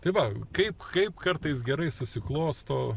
tai va kaip kaip kartais gerai susiklosto